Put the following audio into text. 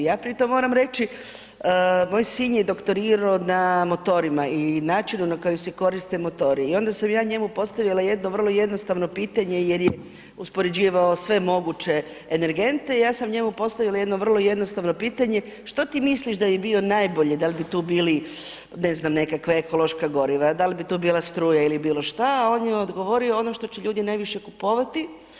I ja pri tom moram reći, moj sin je doktorirao na motorima i načinu na koji se koriste motori i onda sam ja njemu postavila jedno vrlo jednostavno pitanje jer je uspoređivao sve moguće energente i ja sam njemu postavila jedno vrlo jednostavno pitanje, što ti misliš da bi bilo najbolje, da li bi tu bili nekakva ekološka goriva, da li bi tu bila struja ili bilo šta, a on je odgovorio ono što će ljudi najviše kupovati.